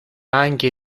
anche